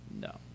No